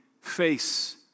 face